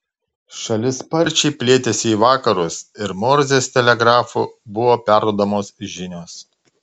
šalis sparčiai plėtėsi į vakarus ir morzės telegrafu buvo perduodamos žinios